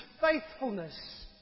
faithfulness